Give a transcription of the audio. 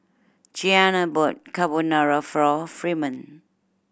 Jeana bought Carbonara Fremont